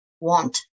want